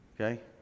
Okay